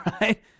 right